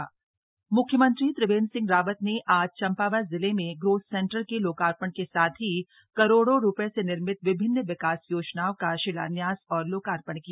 CM Champawat म्ख्यमंत्री त्रिवेंद्र सिंह रावत ने आज चम्पावत जिले में ग्रोथ सेंटर के लोकार्पण के साथ ही करोड़ों रूपये से निर्मित विभिन्न विकास योजनाओं का शिलान्यास और लोकार्पण किया